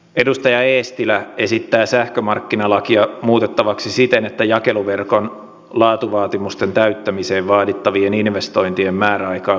edustaja eestilä esittää sähkömarkkinalakia muutettavaksi siten että jakeluverkon laatuvaatimusten täyttämiseen vaadittavien investointien määräaikaa pidennettäisiin